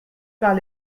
par